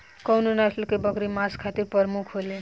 कउन नस्ल के बकरी मांस खातिर प्रमुख होले?